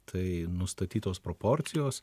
tai nustatytos proporcijos